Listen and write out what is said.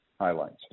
highlights